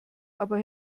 aber